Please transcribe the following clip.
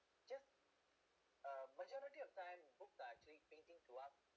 just uh majority of time books are actually painting to us